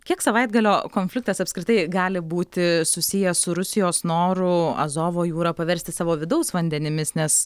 kiek savaitgalio konfliktas apskritai gali būti susijęs su rusijos noru azovo jūrą paversti savo vidaus vandenimis nes